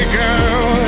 girl